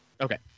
Okay